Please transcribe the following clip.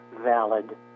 valid